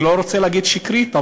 אני לא רוצה להגיד שקרית,